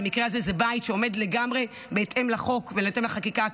במקרה הזה זה בית שעומד לגמרי בהתאם לחוק ובהתאם לחקיקה הקיימת.